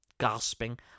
gasping